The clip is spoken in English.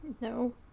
No